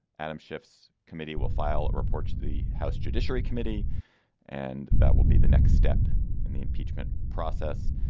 adam shifts committee will file a report to the house judiciary committee and that will be the next step in the impeachment process.